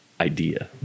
idea